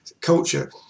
culture